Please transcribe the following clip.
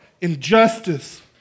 injustice